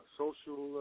social